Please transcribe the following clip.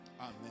Amen